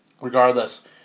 regardless